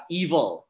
evil